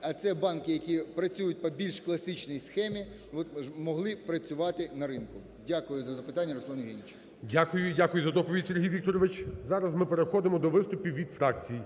а це банки, які працюють по більш класичній схемі) могли працювати на ринку. Дякую за запитання, Руслан Євгенійович. ГОЛОВУЮЧИЙ. Дякую. Дякую і за доповідь, Сергій Вікторович. Зараз ми переходимо до виступів від фракцій.